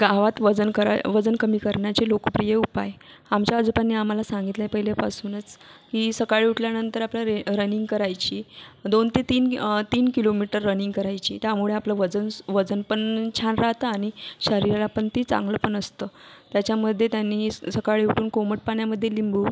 गावात वजन कराय वजन कमी करण्याचे लोकप्रिय उपाय आमच्या आजोबांनी आम्हाला सांगितलं आहे पहिलेपासूनच की सकाळी उठल्यानंतर आपल्या रे रनिंग करायची दोन ते तीन तीन किलोमीटर रनिंग करायची त्यामुळे आपलं वजन वजनपण छान राहतं आनि शरीरालापण ते चांगलंपण असतं त्याच्यामधे त्यांनी स सकाळी उठून कोमट पाण्यामधे लिंबू